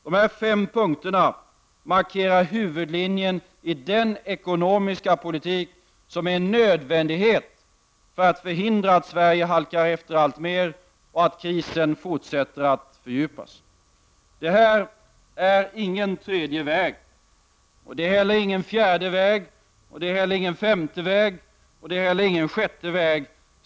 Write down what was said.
Dessa fem punkter markerar huvudlinjen i den ekonomiska politik som är en nödvändighet om vi skall kunna förhindra att Sverige alltmer halkar efter och att krisen fortsätter att fördjupas. Detta är ingen tredje väg. Det är heller ingen fjärde väg, en femte väg eller en sjätte väg.